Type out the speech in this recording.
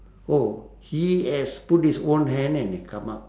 oh he has put his own hand and come up